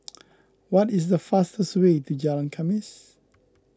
what is the fastest way to Jalan Khamis